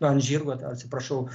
ant žirgo atsiprašau